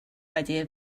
idea